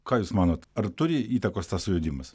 ką jūs manot ar turi įtakos tas sujudimas